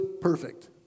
perfect